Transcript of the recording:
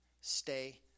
stay